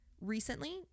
Recently